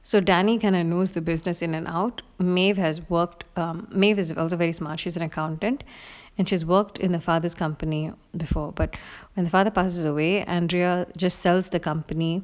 so danny kind of knows the business in and out maeve has worked um maeve is also very smart she's an accountant and she's worked in her father's company before but when the father passes away andrea just sells the company